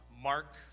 Mark